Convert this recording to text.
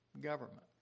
Government